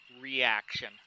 reaction